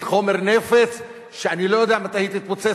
חומר נפץ שאני לא יודע מתי היא תתפוצץ.